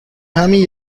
همین